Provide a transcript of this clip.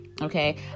okay